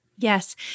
Yes